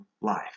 life